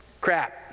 Crap